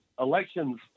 elections